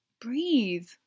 breathe